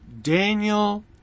Daniel